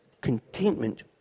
contentment